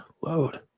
load